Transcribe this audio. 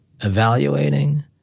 evaluating